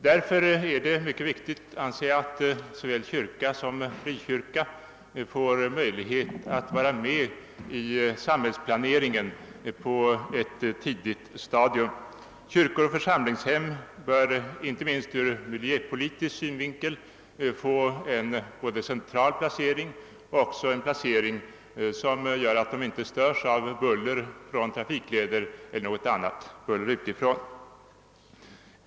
Därför är det mycket viktigt, anser jag, att såväl kyrka som frikyrka får möjlighet att vara med i samhällsplaneringen på ett tidigt stadium. Kyrkor och församlingshem bör, inte minst ur miljöpolitisk synvinkel, få en central placering och också en placering som gör att de inte störs av buller från trafikleder eller av annat slag.